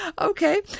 Okay